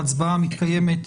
ההצבעה מתקיימת,